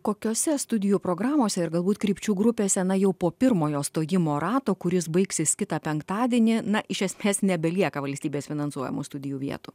kokiose studijų programose ir galbūt krypčių grupėse na jau po pirmojo stojimo rato kuris baigsis kitą penktadienį na iš esmės nebelieka valstybės finansuojamų studijų vietų